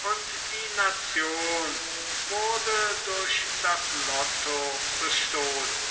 und die nation wurde durch das lotto bestohlen